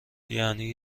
یعنی